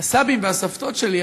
הסבים והסבתות שלי,